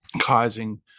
causing